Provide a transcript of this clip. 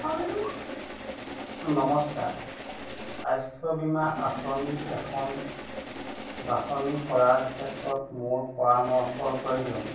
নমস্কাৰ স্বাস্থ্য বীমা আঁচনি এখন বাছনি কৰাৰ ক্ষেত্ৰত মোক পৰামৰ্শৰ প্ৰয়োজন